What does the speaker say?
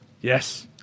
Yes